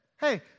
Hey